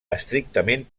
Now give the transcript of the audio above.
estrictament